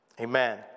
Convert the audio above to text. amen